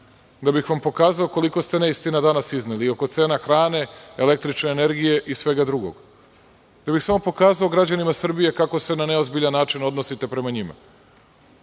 da bih vam pokazao koliko ste neistina danas izneli i oko cena hrane, električne energije i svega drugog. Samo da bih pokazao građanima Srbije kako se na neozbiljan način odnosite prema njima.